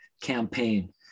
campaign